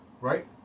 right